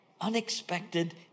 unexpected